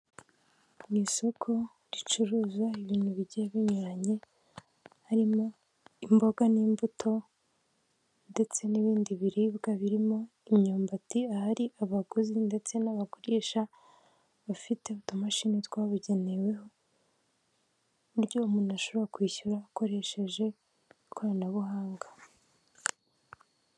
Mu isoko ricuruza ibintu bigiye binyuranye, harimo imboga n'imbuto ndetse n'ibindi biribwa birimo imyumbati, ahari abaguzi ndetse n'abagurisha, bafite utumashini twabugenewe ku buryo umuntu ashobora kwishyura akoresheje ikoranabuhanga.